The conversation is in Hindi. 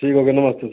ठीक हो गया नमस्ते सर